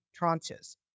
tranches